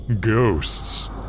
ghosts